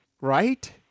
right